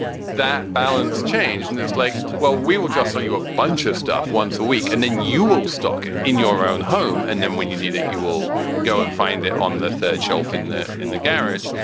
that balance changed. and it's like, well, we will just sell you a bunch of stuff once a week and then you will stock it in your own home. and then when you need it, you will go and find it on the third shelf in the in the garage.